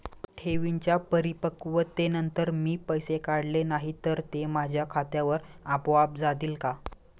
ठेवींच्या परिपक्वतेनंतर मी पैसे काढले नाही तर ते माझ्या खात्यावर आपोआप जातील का?